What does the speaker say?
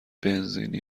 بنزینی